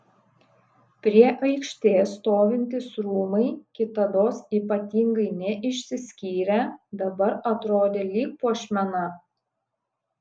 prie aikštės stovintys rūmai kitados ypatingai neišsiskyrę dabar atrodė lyg puošmena